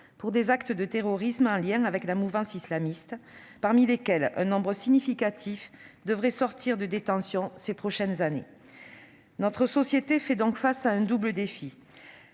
pour des actes de terrorisme en lien avec la mouvance islamiste, parmi lesquelles un nombre significatif devrait sortir de détention ces prochaines années. Notre société fait donc face à un double défi